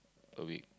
a week